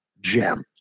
gem